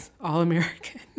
All-American